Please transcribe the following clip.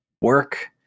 work